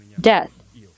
death